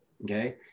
Okay